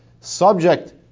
subject